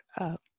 up